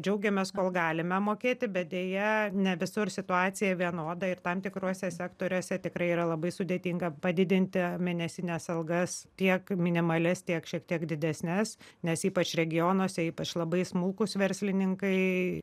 džiaugiamės kol galime mokėti bet deja ne visur situacija vienoda ir tam tikruose sektoriuose tikrai yra labai sudėtinga padidinti mėnesines algas tiek minimalias tiek šiek tiek didesnes nes ypač regionuose ypač labai smulkūs verslininkai